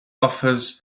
offers